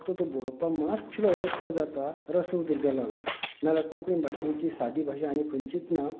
फक्त तो बरोवपाक मातसो अडखळ जाता रस्व दिर्घाक लागून नाजाल्यार कोंकणी भाशे इतली सादी भाशा खंयचीच ना